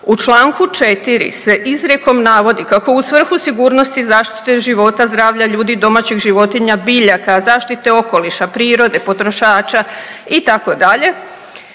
U čl. 4. se izrekom navodi „ kako u svrhu sigurnosti zaštite života, zdravlja ljudi, domaćih životinja, biljaka, zaštite okoliše prirode, potrošača itd.“,